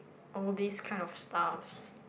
all this kind of stuffs